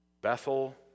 Bethel